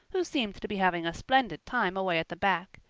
who seemed to be having a splendid time away at the back.